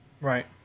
Right